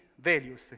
values